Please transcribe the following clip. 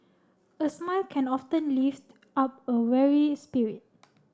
a smile can often lift up a weary spirit